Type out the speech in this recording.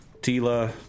Tila